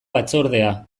batzordea